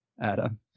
Adam